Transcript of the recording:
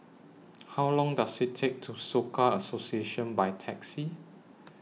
How Long Does IT Take to get to Soka Association By Taxi